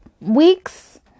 weeks